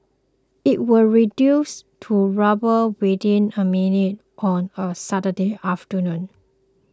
it was reduced to rubble within a minute on a Saturday afternoon